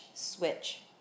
switch